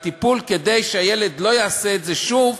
כדי שהילד לא יעשה את זה שוב,